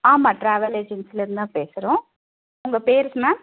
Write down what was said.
ஆமாம் ட்ராவல் ஏஜென்சிலருந்து தான் பேசுகிறோம் உங்கள் பேர் மேம்